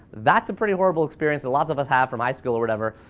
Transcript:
that's a pretty horrible experience that lots of us have from high school or whatever,